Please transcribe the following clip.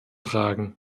tragen